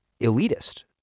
elitist